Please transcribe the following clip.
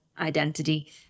identity